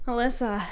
Alyssa